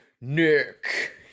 Nick